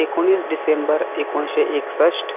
एकुणीस डिसेंबर एकुणशें एकसश्ट